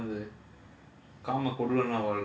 முன்ன வந்து Iyengar vanthu aiyangaar